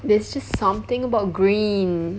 there's just something about green